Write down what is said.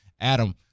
Adam